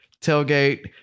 tailgate